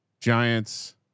Giants